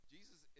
Jesus